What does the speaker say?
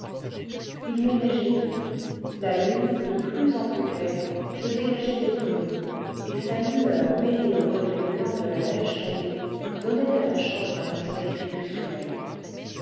il ne neigeait plus la lune de plus en plus claire se dégageait des brumes et sa lueur mêlée au reflet blanc de la neige tombée donnait à la chambre un aspect crépusculaire